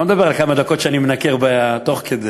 אני לא מדבר על כמה דקות שאני מנקר תוך כדי.